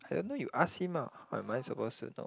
I don't know you ask him ah how am I supposed to know